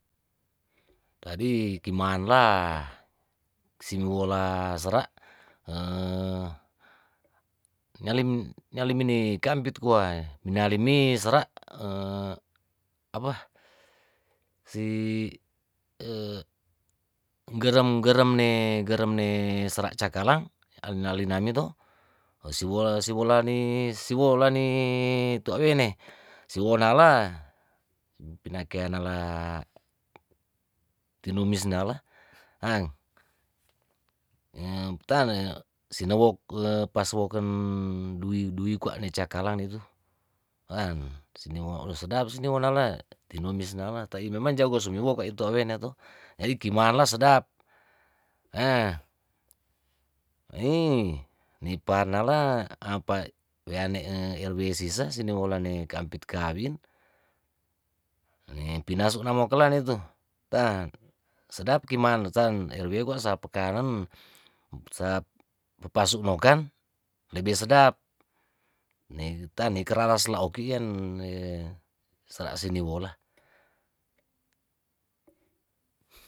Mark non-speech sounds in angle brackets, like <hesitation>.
Tadi kimaan la siniwola sera' nyalimini kampit kwa minalimi sera' <hesitation> apa si gerem gerem ne gerem ne sera' cakalang alinami lani to wo siwo siwolani siwo' lani tuwa' wene siwo nala pianakeanala tinumis nala haang ta ne sinowok <hesitation> paswoken dui dui kuane cakalang dia itu an sinowo odoh sedap sinowo nalae tinumis nala tai' memang jago sumiwo kwa itu awe nato jadi kimala sedap ahh iii nipanala apa weane erwe sisa siniwolane kampit kawin pinsu namokelan itu tan sedap kiman tan erwe kwa sapekanen sa papasu nokan lebe sedap ne tan neke laras na oki yen sera' siniwola.